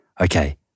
Okay